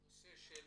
הנושא של